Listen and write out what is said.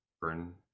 burn